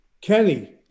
Kenny